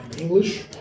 English